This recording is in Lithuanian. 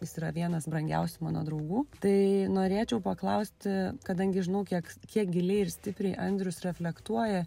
jis yra vienas brangiausių mano draugų tai norėčiau paklausti kadangi žinau kiek kiek giliai ir stipriai andrius reflektuoja